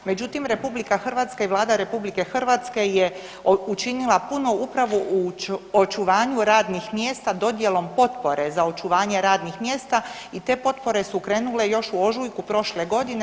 Međutim, RH i Vlada RH je učinila puno upravo u očuvanju radnih mjesta dodjelom potpore za očuvanje radnih mjesta i te potpore su krenule još u ožujku prošle godine.